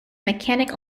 mechanic